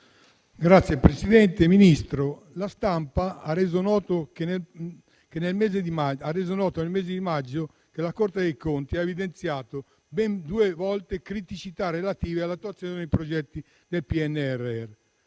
Signor Presidente, signor Ministro, la stampa ha reso noto nel mese di maggio che la Corte dei Conti ha evidenziato ben due volte criticità relative all'attuazione dei progetti del PNRR.